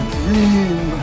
dream